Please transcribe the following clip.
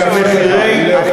אני מקווה שאתה מאפשר לי לשאול,